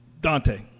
dante